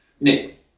Nick